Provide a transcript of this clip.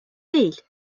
değil